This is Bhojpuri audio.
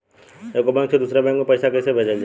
एगो बैक से दूसरा बैक मे पैसा कइसे भेजल जाई?